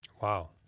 Wow